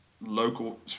local